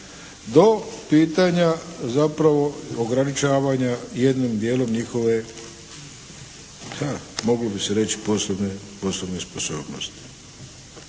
do pitanja zapravo ograničavanja jednim dijelom njihove ha moglo bi se reći poslovne sposobnosti.